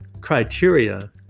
criteria